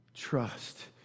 Trust